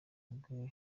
nibwo